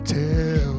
tell